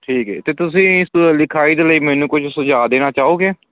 ਠੀਕ ਹੈ ਅਤੇ ਤੁਸੀਂ ਇਸ ਲਿਖਾਈ ਦੇ ਲਈ ਮੈਨੂੰ ਕੁਝ ਸੁਝਾਅ ਦੇਣਾ ਚਾਹੋਗੇ